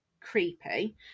creepy